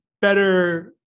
better